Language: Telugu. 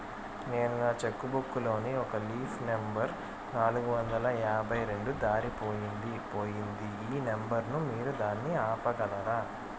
నేను నా చెక్కు బుక్ లోని ఒక లీఫ్ నెంబర్ నాలుగు వందల యాభై రెండు దారిపొయింది పోయింది ఈ నెంబర్ ను మీరు దాన్ని ఆపగలరా?